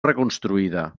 reconstruïda